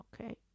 okay